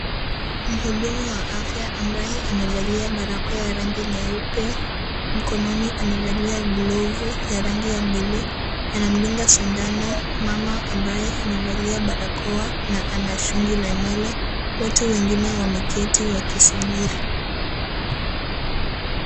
Mhudumu wa afya ambaye amevalia barakoa ya rangi nyeupe. Mkononi amevalia glovu ya rangi ya buluu. Anamdunga sindano mama ambaye amevaa barakoa na ana shungi la nywele. Watu wengine wameketi wakisubiri.